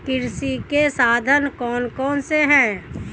कृषि के साधन कौन कौन से हैं?